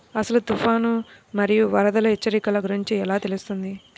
అసలు తుఫాను మరియు వరదల హెచ్చరికల గురించి ఎలా తెలుస్తుంది?